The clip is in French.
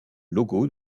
logo